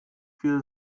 viel